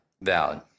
valid